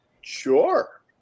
Sure